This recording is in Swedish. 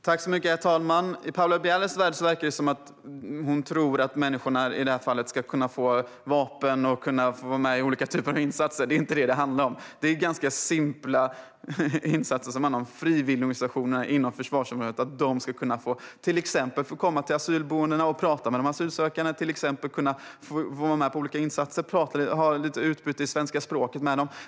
Herr talman! Paula Bieler verkar tro att människorna i det här fallet ska kunna få vapen och vara med i olika typer av insatser. Det handlar inte om det, utan det handlar om ganska simpla insatser rörande frivilligorganisationerna inom försvarsområdet, till exempel att de ska kunna komma till asylboendena och prata med de asylsökande, vara med på olika insatser och ha lite utbyte i svenska språket.